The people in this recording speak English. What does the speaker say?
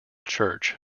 church